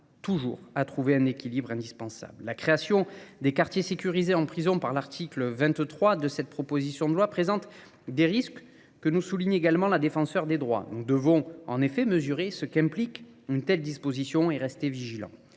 toujours à trouver un équilibre indispensable. La création des quartiers sécurisés en prison par l'article 23 de cette proposition de loi présente des risques que nous souligne également la défenseur des droits. Nous devons en effet mesurer ce qu'implique une telle disposition et rester vigilants.